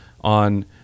on